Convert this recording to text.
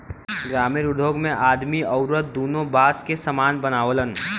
ग्रामिण उद्योग मे आदमी अउरत दुन्नो बास के सामान बनावलन